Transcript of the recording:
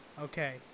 Okay